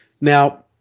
now